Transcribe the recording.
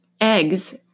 Eggs